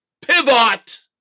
Pivot